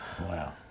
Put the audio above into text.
Wow